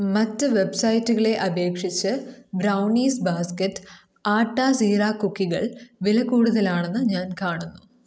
മറ്റ് വെബ്സൈറ്റുകളെ അപേക്ഷിച്ച് ബ്രൗണീസ് ബാസ്കറ്റ് ആട്ട സീറ കുക്കികൾ വില കൂടുതലാണെന്ന് ഞാൻ കാണുന്നു